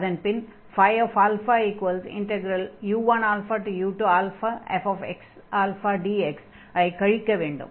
அதன் பின் u1u2fxαdx ஐ கழிக்க வேண்டும்